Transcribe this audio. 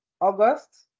August